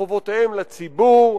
חובותיהם לציבור,